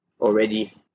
already